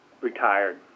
retired